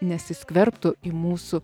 nesiskverbtų į mūsų